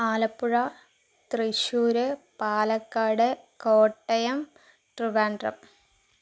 Alappuzha Thrissur Palakkad Kottayam Trivandrum